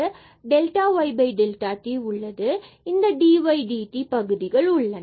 இங்கு delta y delta t உள்ளது மற்றும் இந்த dydt பகுதிகள் உள்ளன